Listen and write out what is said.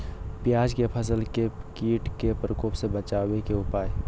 प्याज के फसल के कीट के प्रकोप से बचावे के उपाय?